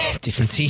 different